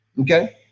okay